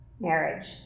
marriage